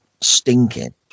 stinking